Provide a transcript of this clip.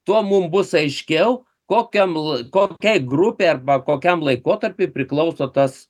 tuo mum bus aiškiau kokiam lai kokiai grupei arba kokiam laikotarpiui priklauso tas